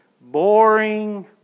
Boring